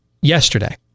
Yesterday